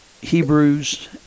Hebrews